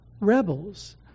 rebels